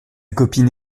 copine